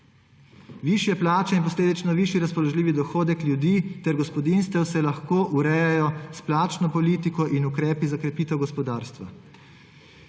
Višje plače in posledično višji razpoložljivi dohodek ljudi ter gospodinjstev se lahko urejajo s plačno politiko in ukrepi za krepitev gospodarstva.